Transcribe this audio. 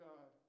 God